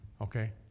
Okay